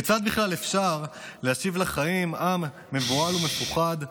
כיצד בכלל אפשר להשיב לחיים עם מבוהל ומפוחד,